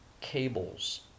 cables